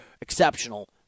exceptional